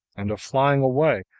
and of flying away,